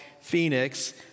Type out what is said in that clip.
Phoenix